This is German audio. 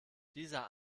dieser